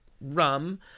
rum